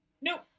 No